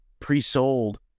pre-sold